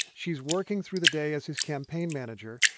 she's working through the day as his campaign manager.